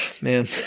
man